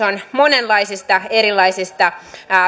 on monenlaisista erilaisista